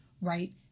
right